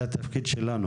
זה התפקיד שלנו